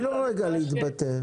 תני לו רגע להתבטא.